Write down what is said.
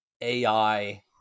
AI